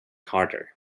harder